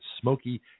smoky